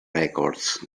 records